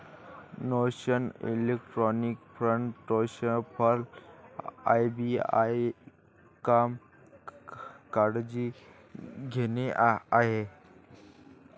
national electronic fund transfer RBI काम काळजी घेणे आहे